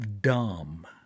dumb